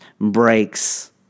breaks